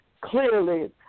clearly